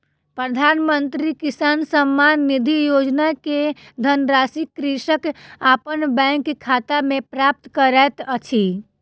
प्रधानमंत्री किसान सम्मान निधि योजना के धनराशि कृषक अपन बैंक खाता में प्राप्त करैत अछि